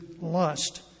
lust